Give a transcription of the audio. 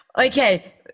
okay